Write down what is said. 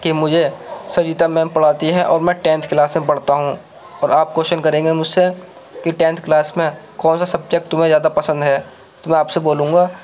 کہ مجھے سریتا میم پڑھاتی ہیں اور میں ٹینتھ کلاس میں پڑھتا ہوں اور آپ کویشچن کریں گے مجھ سے کہ ٹینتھ کلاس میں کون سا سبجیکٹ تمہیں زیادہ پسند ہے تو میں آپ سے بولوں گا